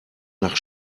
nach